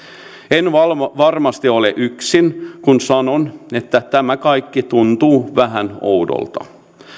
en varmasti ole yksin kun sanon että tämä kaikki tuntuu vähän oudolta